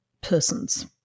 persons